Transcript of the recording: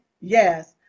Yes